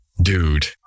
Dude